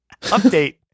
update